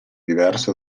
diverso